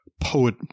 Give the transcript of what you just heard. poet